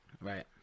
Right